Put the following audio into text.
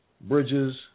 Bridges